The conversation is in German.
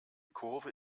kurve